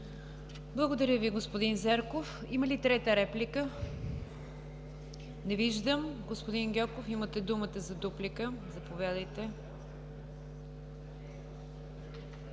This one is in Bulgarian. Благодаря Ви, господин Зарков. Има ли трета реплика? Не виждам. Господин Гьоков, имате думата за дуплика. ГЕОРГИ